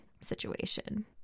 situation